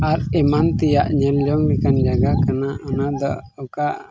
ᱟᱨ ᱮᱢᱟᱱ ᱛᱮᱭᱟᱜ ᱧᱮᱞ ᱡᱚᱝ ᱞᱮᱠᱟᱱ ᱡᱟᱭᱜᱟ ᱠᱟᱱᱟ ᱚᱱᱟ ᱫᱚ ᱚᱱᱠᱟ